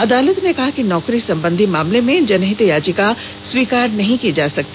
अदालत ने कहा कि नौकरी संबंधी मामले में जनहित याचिका स्वीकार नहीं की जा सकती